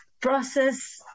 process